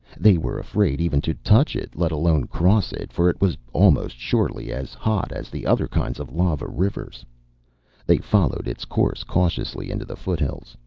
they were afraid even to touch it, let alone cross it, for it was almost surely as hot as the other kinds of lava-rivers. they followed its course cautiously into the foothills,